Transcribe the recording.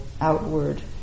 outward